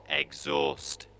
exhaust